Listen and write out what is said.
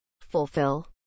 fulfill